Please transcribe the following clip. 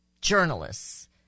journalists